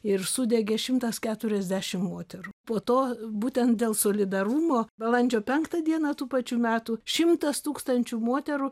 ir sudegė šimtas keturiasdešim moterų po to būtent dėl solidarumo balandžio penktą dieną tų pačių metų šimtas tūkstančių moterų